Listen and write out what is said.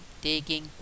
taking